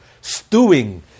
stewing